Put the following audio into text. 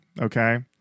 Okay